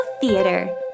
Theater